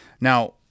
Now